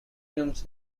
films